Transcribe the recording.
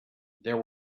there